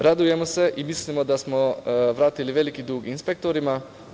Radujemo se i mislimo da smo vratili veliki dug inspektorima.